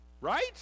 Right